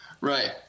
Right